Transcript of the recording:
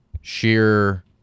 sheer